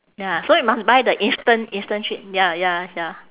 ya so you must buy the instant instant trip ya ya ya